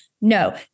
No